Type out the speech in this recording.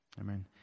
Amen